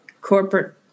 corporate